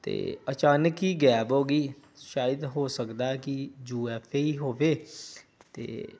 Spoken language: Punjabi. ਅਤੇ ਅਚਾਨਕ ਹੀ ਗਾਇਬ ਹੋ ਗਈ ਸ਼ਾਇਦ ਹੋ ਸਕਦਾ ਕਿ ਯੂ ਐਫ ਏ ਹੀ ਹੋਵੇ ਅਤੇ